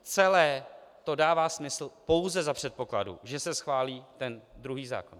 Celé to dává smysl pouze za předpokladu, že se schválí ten druhý zákon.